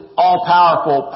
all-powerful